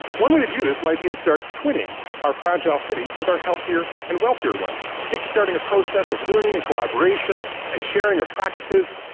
one way to do this might be to start twinning our fragile cities with our healthier and wealthier ones, kickstarting a process of learning and collaboration and sharing of practices,